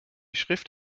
schrift